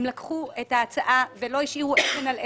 הם לקחו את ההצעה ולא השאירו אבן על אבן,